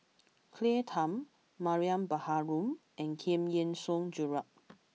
Claire Tham Mariam Baharom and Giam Yean Song Gerald